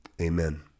amen